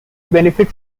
benefit